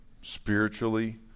spiritually